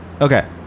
okay